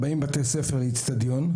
40 בתי ספר לאצטדיון,